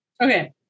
Okay